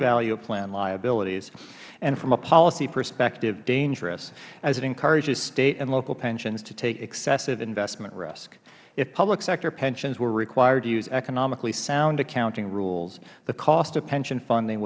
value of plan liabilities and from a policy perspective dangerous as it encourages state and local pensions to take excessive investment risk if public sector pensions were required to use economically sound accounting rules the cost of pension funding